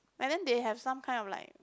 but then they have some kind of like